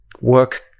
work